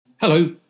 Hello